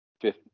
fifth